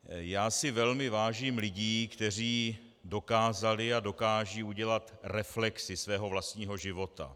Já si velmi vážím lidí, kteří dokázali a dokážou udělat reflexi svého vlastního života.